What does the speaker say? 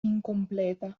incompleta